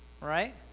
right